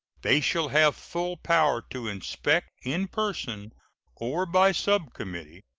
they shall have full power to inspect, in person or by subcommittee,